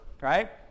right